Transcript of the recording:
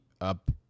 up